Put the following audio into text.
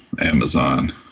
Amazon